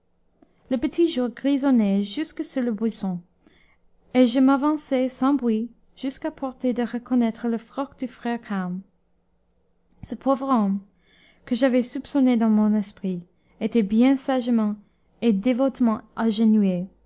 le petit jour grisonnait jusque sur les buissons et je m'avançai sans bruit jusqu'à portée de reconnaître le froc du frère carme ce pauvre homme que j'avais soupçonné dans mon esprit était bien sagement et